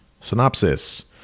Synopsis